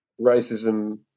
racism